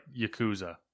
yakuza